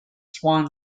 swan